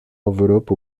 enveloppe